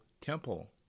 Temple